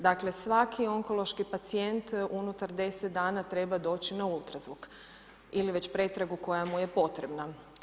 Dakle, svaki onkološki pacijent unutar 10 dana treba doći na ultrazvuk ili već pretragu koja mu je potrebna.